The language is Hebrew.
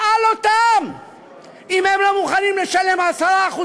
תשאל אותם אם הם לא מוכנים לשלם 10%